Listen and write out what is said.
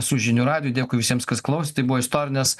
su žinių radiju dėkui visiems kas klausėt tai buvo istorinės